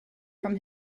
from